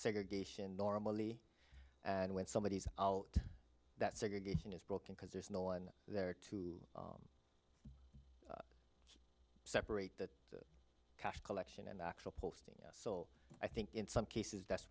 segregation normally and when somebody is that segregation is broken because there's no one there to separate that cash collection and actual posting so i think in some cases that's